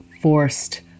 forced